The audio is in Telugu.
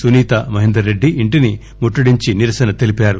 సునీత మహేందర్ రెడ్డి ఇంటిన ముట్టడించి నిరసన తెలిపారు